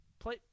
play